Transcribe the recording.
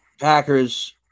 Packers